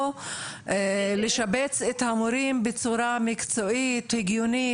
או לשבץ את המורים בצורה מקצועית הגיונית,